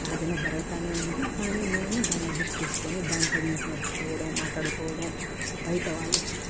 సహజంగా జరగతానేవుంది కానీ మేము దాన్ని అడ్జస్ట్ చేసుకొని దాని తగినట్టు నడుచుకోవడం మాట్లాడుకోవడం బయట వాళ్లకి